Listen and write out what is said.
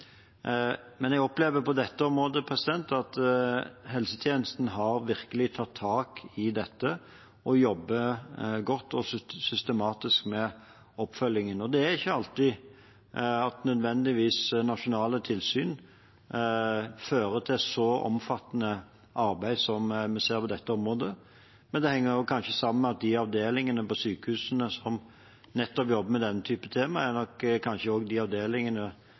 men jeg opplever at helsetjenesten på dette området virkelig har tatt tak i dette og jobber godt og systematisk med oppfølgingen. Det er ikke alltid nasjonale tilsyn nødvendigvis fører til så omfattende arbeid som vi ser på dette området. Det henger kanskje sammen med at de avdelingene på sykehusene som jobber med denne typen temaer, kanskje er de avdelingene som er mest vant med å jobbe systematisk og med rutiner når de